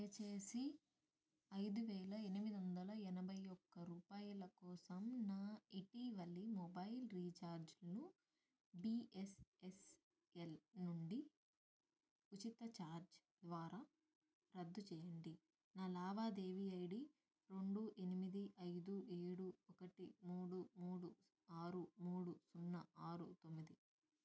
దయచేసి ఐదు వేల ఎనిమిది వందల ఎనభై ఒక్క రూపాయల కోసం నా ఇటీవలి మొబైల్ రీఛార్జ్ను బీఎస్ఎస్ఎల్ నుండి ఉచిత ఛార్జ్ ద్వారా రద్దు చెయ్యండి నా లావాదేవీ ఐడి రెండు ఎనిమిది ఐదు ఏడు ఒకటి మూడు మూడు ఆరు మూడు సున్నా ఆరు తొమ్మిది